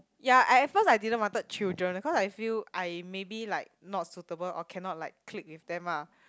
yea at at first I didn't wanted children cause I feel I maybe like not suitable or cannot like click with them ah